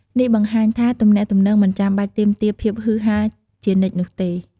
នេះបង្ហាញថា ទំនាក់ទំនងមិនចាំបាច់ទាមទារភាពហ៊ឺហារជានិច្ចនោះទេ។